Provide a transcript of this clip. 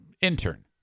intern